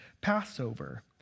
Passover